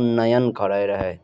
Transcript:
उन्नयन रहै